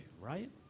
right